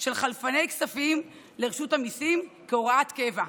של חלפני כספים לרשות המיסים כהוראת קבע,